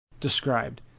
described